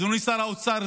אדוני שר האוצר,